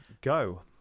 Go